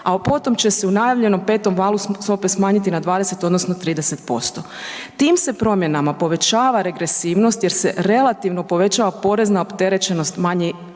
u potom će se u najavljenom petom valu stope smanjiti na 20 odnosno 30%. Tim se promjenama povećava regresivnost jer se relativno povećava porezna opterećenost manje